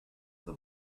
the